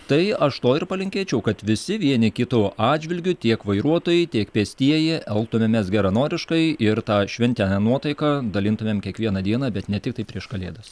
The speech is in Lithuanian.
tai aš to ir palinkėčiau kad visi vieni kitų atžvilgiu tiek vairuotojai tiek pėstieji elgtumėmės geranoriškai ir tą šventinę nuotaiką dalintumėm kiekvieną dieną bet ne tiktai prieš kalėdas